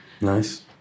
Nice